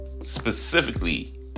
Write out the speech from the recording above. specifically